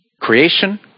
Creation